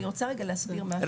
אני רוצה רגע להסביר משהו,